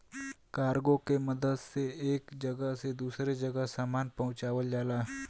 cargo के मदद से एक जगह से दूसरे जगह सामान पहुँचावल जाला